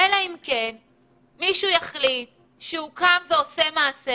אלא אם כן מישהו יחליט שהוא עושה מעשה,